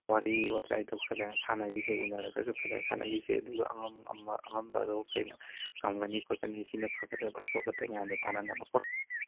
ꯋꯥꯔꯤ ꯋꯥꯇꯥꯏꯗꯣ ꯐꯖꯅ ꯁꯥꯟꯅꯒꯤꯁꯦ ꯎꯅꯔꯒꯁꯨ ꯐꯖꯅ ꯁꯥꯟꯅꯒꯤꯁꯦ ꯑꯗꯨ ꯑꯉꯝ ꯑꯉꯝꯕꯗꯣ ꯀꯔꯤꯅ ꯉꯝꯒꯅꯤ ꯈꯣꯠꯀꯅꯤ ꯁꯤꯅ ꯐꯒꯗꯕ ꯈꯣꯠꯀꯗꯕ ꯃꯌꯥꯝꯗꯣ ꯇꯥꯟꯅꯅꯕꯀꯣ